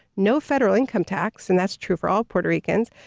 no federal income tax and that's true for all puerto ricans,